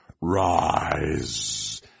Rise